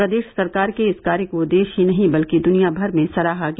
प्रदेश सरकार के इस कार्य को देश ही नही बल्कि दुनिया भर में सराहा गया